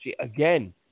again